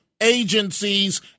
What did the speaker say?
agencies